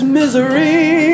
misery